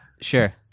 Sure